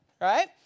right